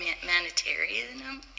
humanitarianism